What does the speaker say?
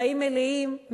חיים מלאים,